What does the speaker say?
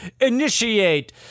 initiate